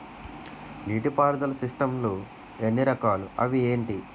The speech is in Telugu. నీటిపారుదల సిస్టమ్ లు ఎన్ని రకాలు? అవి ఏంటి?